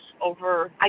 over